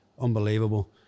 Unbelievable